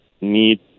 need